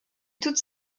toute